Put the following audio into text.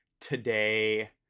today